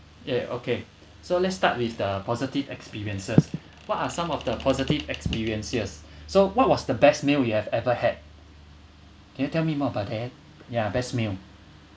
yeah okay so let's start with the positive experiences what are some of the positive experiences so what was the best meal you have ever had can you tell me more about that yeah best meal